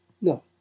No